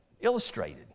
illustrated